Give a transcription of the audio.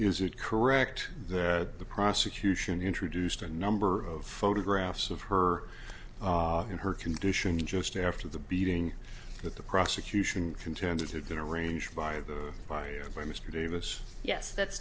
it correct that the prosecution introduced a number of photographs of her in her condition just after the beating that the prosecution contends had been arranged by the fire by mr davis yes that's